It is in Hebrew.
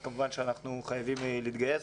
אנחנו כמובן חייבים להיכנס.